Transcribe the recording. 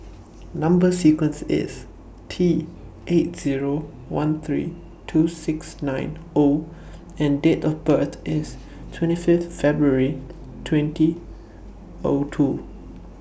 Number sequence IS T eight Zero one three two six nine O and Date of birth IS twenty Fifth February twenty O two